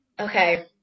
Okay